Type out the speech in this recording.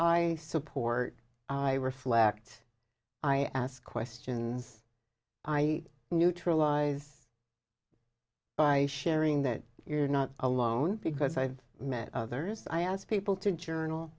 i support i reflect i ask questions i neutralize by sharing that you're not alone because i've met others i asked people to journal